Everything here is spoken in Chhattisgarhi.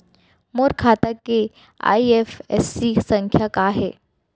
मोर खाता के आई.एफ.एस.सी संख्या का हे?